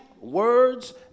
words